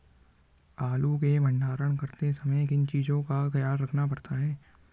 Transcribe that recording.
आलू के भंडारण करते समय किन किन चीज़ों का ख्याल रखना पड़ता है?